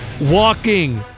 walking